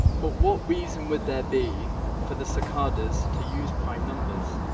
but what reason would there be for the cicadas to use prime numbers?